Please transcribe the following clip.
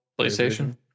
PlayStation